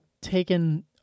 taken